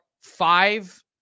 five